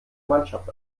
mannschaft